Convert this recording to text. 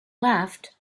left